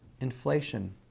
inflation